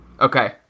Okay